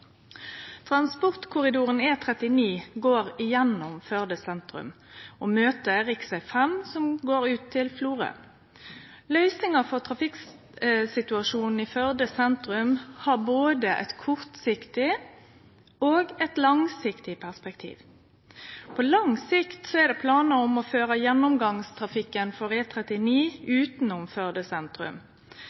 Transportkorridoren E39 går gjennom Førde sentrum og møter rv. 5, som går ut til Florø. Løysinga for trafikksituasjonen i Førde sentrum har både eit kortsiktig og eit langsiktig perspektiv. På lang sikt er det planar om å føre gjennomgangstrafikken på E39 utanom Førde sentrum.